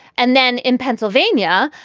and then in pennsylvania,